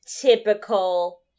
typical